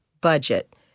budget